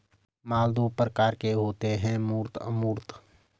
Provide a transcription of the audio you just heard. माल दो प्रकार के होते है मूर्त अमूर्त